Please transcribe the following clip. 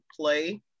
play